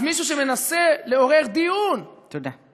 אז מישהו שמנסה לעורר דיון, תודה.